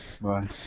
Bye